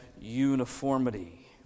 uniformity